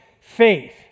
faith